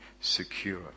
secure